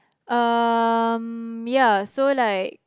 um ya so like